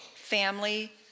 family